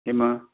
किम्